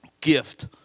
gift